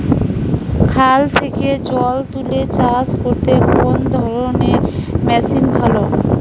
খাল থেকে জল তুলে চাষ করতে কোন ধরনের মেশিন ভালো?